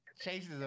chases